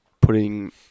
putting